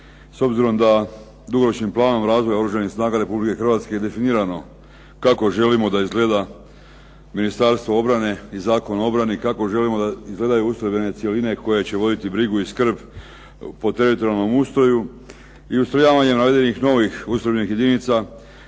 s obzirom da dugoročnim planom razvoja Oružanih snaga Republike Hrvatske je definirano kako želimo da izgleda Ministarstvo obrane i Zakon o obrani, kako želimo da izgledaju ustrojbene cjeline koje će voditi brigu i skrb po teritorijalnom ustroju i ustrojavanje navedenih novih ustrojbenih jedinica